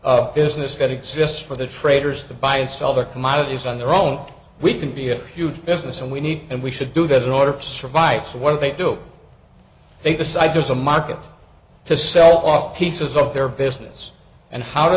a business that exists for the traders to buy and sell their commodities on their own we can be a huge business and we need and we should do that in order to survive what they do they decide there's a market to sell off pieces of their business and how do